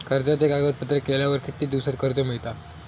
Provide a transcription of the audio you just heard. कर्जाचे कागदपत्र केल्यावर किती दिवसात कर्ज मिळता?